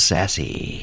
Sassy